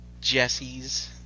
Jesse's